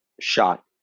shot